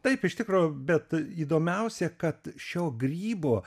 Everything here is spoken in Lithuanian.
taip iš tikro bet įdomiausia kad šio grybo